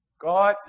God